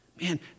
Man